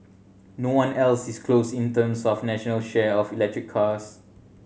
no one else is close in terms of a national share of electric cars